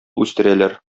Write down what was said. үстерәләр